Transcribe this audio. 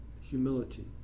humility